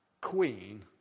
Queen